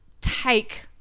take